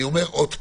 אני אומר עוד פעם,